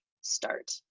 start